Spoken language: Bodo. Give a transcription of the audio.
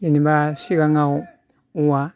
जेनेबा सिगाङाव औवा